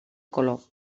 color